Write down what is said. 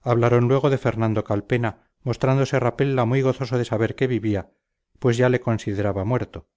hablaron luego de fernando calpena mostrándose rapella muy gozoso de saber que vivía pues ya le consideraba muerto